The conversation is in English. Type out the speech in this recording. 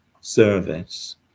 service